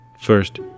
First